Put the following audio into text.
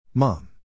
Mom